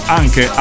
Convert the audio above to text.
anche